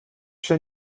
się